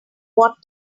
what